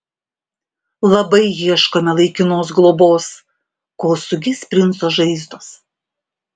labai ieškome laikinos globos kol sugis princo žaizdos